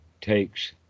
takes